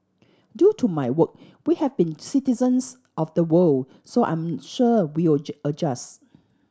due to my work we have been citizens of the world so I'm sure we'll adjust